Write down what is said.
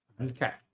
okay